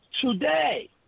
today